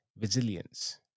resilience